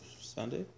Sunday